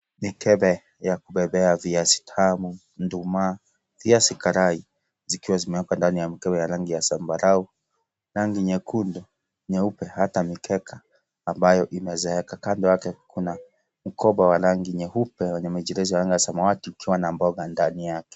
Mikebe ya kubebea viazi tamu, nduma, viazi karai, zikiwa zimewekwa ndani ya mkebe ya rangi ya zambarau, rangi nyekundu, nyeupe hata mikeka ambayo imezeeka, kando yake kuna mkoba wa rangi nyeupe yenye michirizi ya rangi ya samawati ikiwa na mboga ndani yake.